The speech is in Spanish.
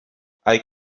hay